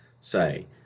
say